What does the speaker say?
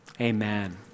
Amen